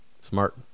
smart